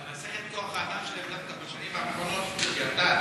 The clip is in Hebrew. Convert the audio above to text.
אבל מצבת כוח האדם שלהם בשנים האחרונות דווקא ירדה,